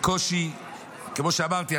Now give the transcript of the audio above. כמו שאמרתי,